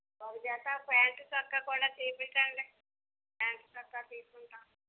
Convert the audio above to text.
ఒక జత ప్యాంటు చొక్కా కూడా చూపించండి ప్యాంటు చొక్కా తీస్కుంటాం